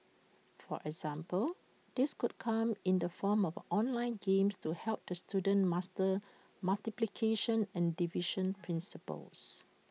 for example this could come in the form of online games to help the students master multiplication and division principles